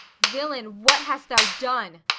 villain, what hast thou done?